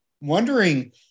wondering